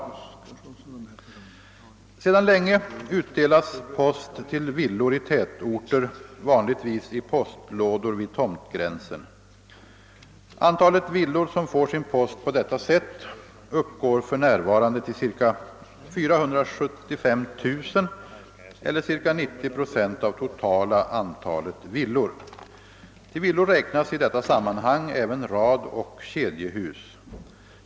Sedan länge utdelas post till villor i tätorter vanligtvis i postlådor vid tomtgränsen. Antalet villor som får sin post på detta sätt uppgår för närvarande till cirka 475 000 eller cirka 90 procent av totala antalet villor. Till villor räknas i detta sammanhang även radoch kedjehus.